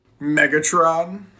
Megatron